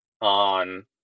on